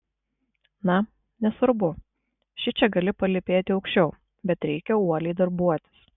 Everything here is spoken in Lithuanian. na nesvarbu šičia gali palypėti aukščiau bet reikia uoliai darbuotis